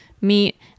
meat